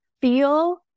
feel